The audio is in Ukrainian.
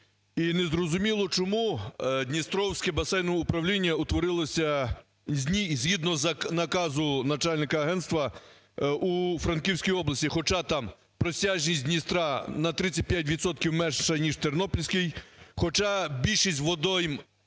І незрозуміло, чому Дністровське басейнове управління утворилося згідно наказу начальника агентства у Івано-Франківській області. Хоча там протяжність Дністра на 35 відсотків менша, ніж в Тернопільській, хоча більшість водойм